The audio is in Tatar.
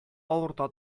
авырта